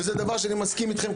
וזה דבר שאני מסכים אתכם.